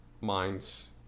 minds